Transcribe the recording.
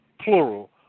plural